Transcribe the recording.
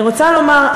אני רוצה לומר,